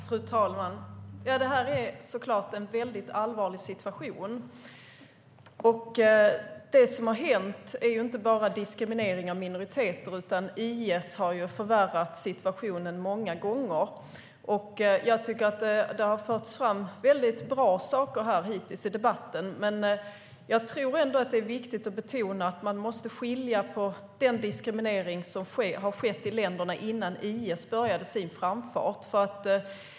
Fru talman! Det är en väldigt allvarlig situation. Det som har hänt handlar inte bara om diskriminering av minoriteter, utan IS har förvärrat situationen många gånger. Jag tycker att det har förts fram väldigt bra saker hittills i debatten, men det är ändå viktigt att betona att man måste skilja detta från den diskriminering som skedde i länderna innan IS började sin framfart.